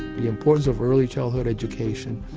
the importance of early childhood education,